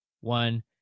one